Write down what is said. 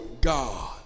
God